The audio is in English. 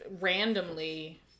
randomly